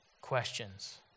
questions